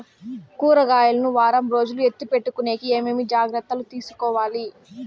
కూరగాయలు ను వారం రోజులు ఎత్తిపెట్టుకునేకి ఏమేమి జాగ్రత్తలు తీసుకొవాలి?